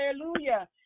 hallelujah